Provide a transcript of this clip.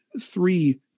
three